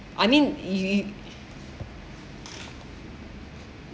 I mean y~ y~